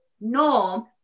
norm